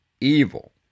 evil